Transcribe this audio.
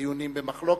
דיונים במחלוקת.